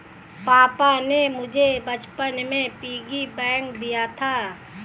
पापा ने मुझे बचपन में पिग्गी बैंक दिया था